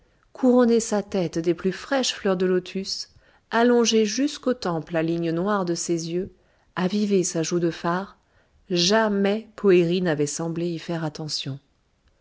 couronné sa tête des plus fraîches fleurs de lotus allongé jusqu'aux tempes la ligne noire de ses yeux avivé sa joue de fard jamais poëri n'avait semblé y faire attention